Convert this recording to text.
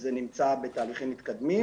זה נמצא בתהליכים מתקדמים,